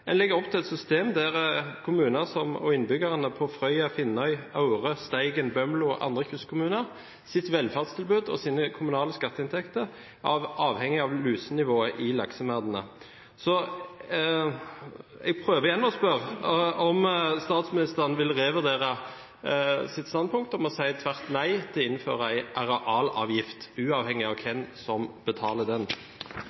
En legger opp til et system der de kommunale skatteinntektene – og velferdstilbudet til innbyggerne – til kommuner som Frøya, Finnøy, Aure, Steigen, Bømlo og andre kystkommuner er avhengig av lusenivået i laksemerdene. Så jeg prøver igjen å spørre om statsministeren vil revurdere sitt standpunkt om å si tvert nei til å innføre en arealavgift, uavhengig av hvem som betaler den?